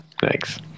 Thanks